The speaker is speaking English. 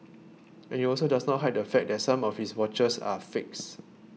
and he also does not hide the fact that some of his watches are fakes